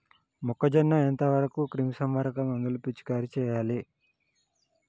మొక్కజొన్న ఎంత వరకు క్రిమిసంహారక మందులు పిచికారీ చేయాలి?